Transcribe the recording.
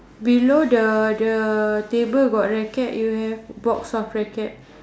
below the the table got racket you have box of racket